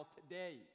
today